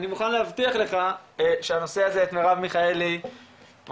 אני מוכן להבטיח לך שהנושא הזה את מירב מיכאלי מעסיק,